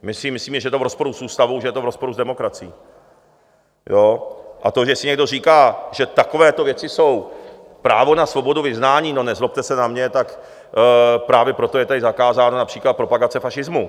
My si myslíme, že je to v rozporu s ústavou, že je to v rozporu s demokracií, a to, že si někdo říká, že takovéto věci jsou právo na svobodu vyznání, no, nezlobte se na mě, právě proto je tady zakázána například propagace fašismu.